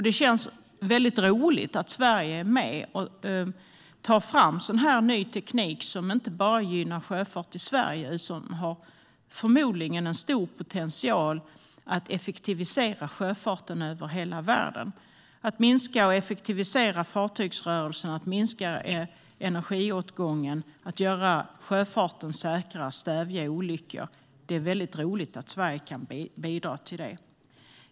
Det är roligt att Sverige är med och tar fram ny teknik som inte bara gynnar sjöfart i Sverige utan som förmodligen har en stor potential att effektivisera sjöfarten över hela världen. Att Sverige kan bidra till att minska och effektivisera fartygsrörelserna, att minska energiåtgången, att göra sjöfarten säkrare och att stävja olyckor är väldigt roligt.